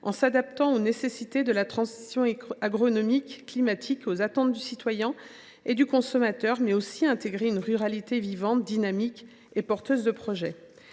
en s’adaptant aux nécessités de la transition agronomique et climatique, aux attentes du citoyen et du consommateur. Il doit aussi intégrer une ruralité vivante, dynamique et porteuse de projets.